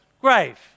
grave